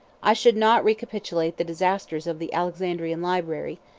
i should not recapitulate the disasters of the alexandrian library,